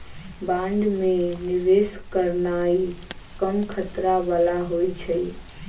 bond में निवेश करनाइ कम खतरा बला होइ छइ